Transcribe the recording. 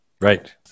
Right